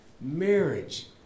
marriage